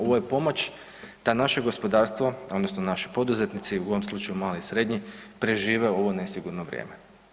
Ovo je pomoć da naše gospodarstvo odnosno naši poduzetnici, u ovom slučaju mali i srednji, prežive ovo nesigurno vrijeme.